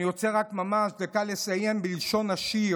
אני רוצה לסיים בלשון השיר